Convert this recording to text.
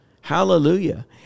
Hallelujah